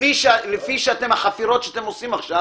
לפי החפירות שאתם עושים עכשיו,